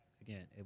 again